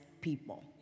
people